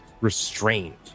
restrained